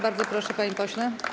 Bardzo proszę, panie pośle.